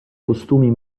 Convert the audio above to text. costumi